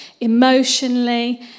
emotionally